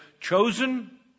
chosen